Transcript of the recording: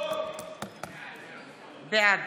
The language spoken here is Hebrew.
בעד